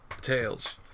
Tails